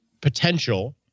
potential